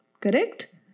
Correct